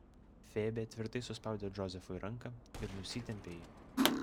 febė tvirtai suspaudė džozefui ranką ir nusitempė jį